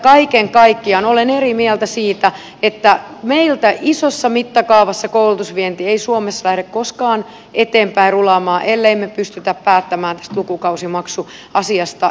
kaiken kaikkiaan olen eri mieltä siinä että meiltä suomesta ei isossa mittakaavassa koulutusvienti lähde koskaan eteenpäin rullaamaan ellemme me pysty päättämään tästä lukukausimaksuasiasta